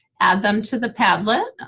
add them to the padlet.